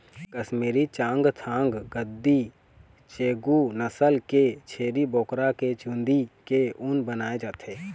कस्मीरी, चाँगथाँग, गद्दी, चेगू नसल के छेरी बोकरा के चूंदी के ऊन बनाए जाथे